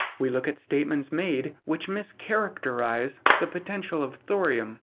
we look at statements made which mischaracterize the potential of thorium.